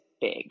big